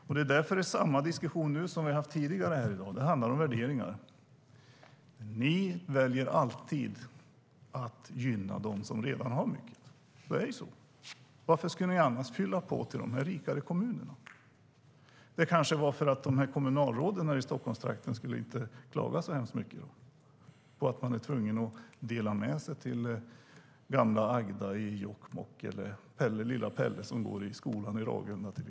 Vi för samma diskussion nu som vi har haft tidigare här i dag. Det handlar om värderingar. Ni väljer alltid att gynna dem som redan har mycket. Varför skulle ni annars fylla på till de här rikare kommunerna? Det kanske var för att kommunalråden här i Stockholmstrakten inte skulle klaga så hemskt mycket på att man är tvungen att dela med sig till gamla Agda i Jokkmokk eller lilla Pelle som går i skolan i Ragunda.